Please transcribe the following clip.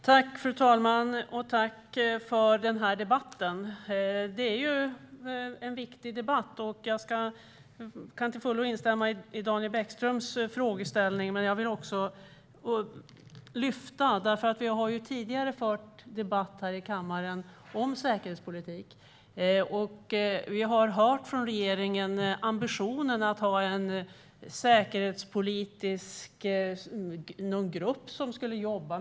Fru talman! Jag vill tacka för debatten. Det är en viktig debatt. Jag instämmer till fullo i Daniel Bäckströms frågeställningar. Men jag vill också lyfta fram att vi har haft debatt i kammaren om säkerhetspolitik tidigare och har hört om regeringens ambition om att ha en säkerhetspolitisk grupp.